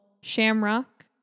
shamrock